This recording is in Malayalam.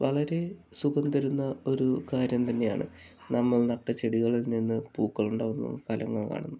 വളരെ സുഖം തരുന്ന ഒരു കാര്യം തന്നെയാണ് നമ്മൾ നട്ട ചെടികളിൽ നിന്ന് പൂക്കൾ ഉണ്ടാകുന്നു ഫലങ്ങൾ കാണുന്നു